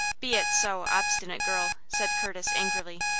be it so, obstinate girl! said curtis, angrily.